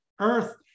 earth